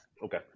Okay